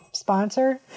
Sponsor